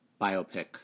biopic